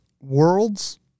worlds